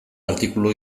artikulu